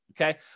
Okay